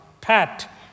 pat